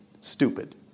stupid